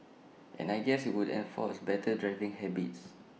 and I guess IT would enforce better driving habits